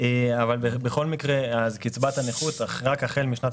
אבל בכל מקרה קצבת הנכות רק החל משנת